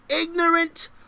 ignorant